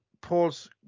Paul's